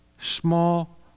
small